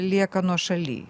lieka nuošaly